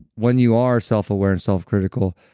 when you are selfaware and self-critical,